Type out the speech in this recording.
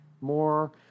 more